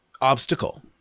obstacle